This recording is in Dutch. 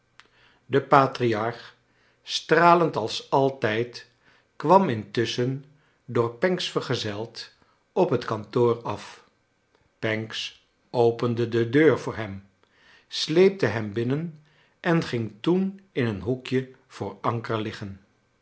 de patriarch stralend als altijd kwam intusschen door pancks vergezeld op het kantoor af pancks opende de deur voor hem sleepte hem binnen en ging toen in een hoekje voor anker liggen